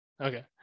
Okay